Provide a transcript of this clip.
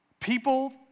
People